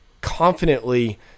confidently